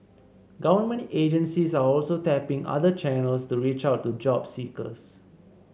government agencies are also tapping other channels to reach out to job seekers